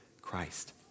Christ